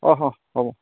অঁ হ হ'ব